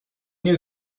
knew